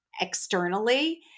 externally